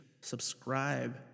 subscribe